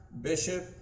bishop